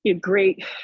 great